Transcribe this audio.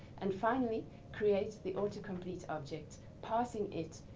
and finally create the autocomplete object, passing it,